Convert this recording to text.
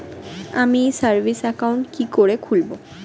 আমি savings account কি করে খুলব?